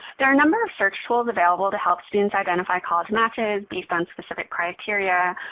there are a number of search tools available to help students identify college matches based on specific criteria.